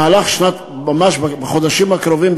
ממש בחודשים הקרובים,